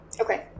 Okay